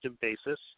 basis